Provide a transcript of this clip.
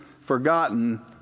forgotten